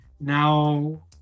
now